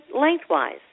lengthwise